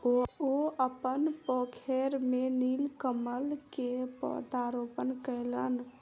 ओ अपन पोखैर में नीलकमल के पौधा रोपण कयलैन